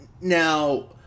now